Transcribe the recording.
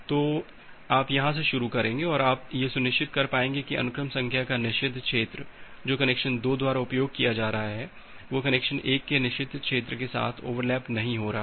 तो आप यहां से शुरू करेंगे और आप यह सुनिश्चित कर पाएंगे कि अनुक्रम संख्या का निषिद्ध क्षेत्र जो कनेक्शन 2 द्वारा उपयोग किया जा रहा है वह कनेक्शन 1 के निषिद्ध क्षेत्र के साथ ओवरलैप नहीं हो रहा है